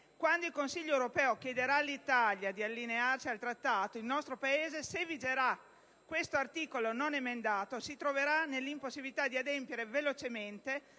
Quando il Consiglio europeo chiederà all'Italia di allinearsi al Trattato, il nostro Paese, se vigerà questo articolo non emendato, si troverà nell'impossibilità di adempiere velocemente